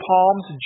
Palms